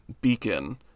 beacon